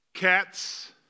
Cats